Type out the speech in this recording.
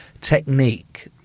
technique